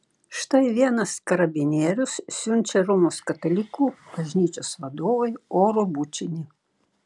štai vienas karabinierius siunčia romos katalikų bažnyčios vadovui oro bučinį